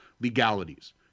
legalities